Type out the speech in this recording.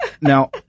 Now